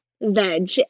veg